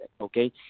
okay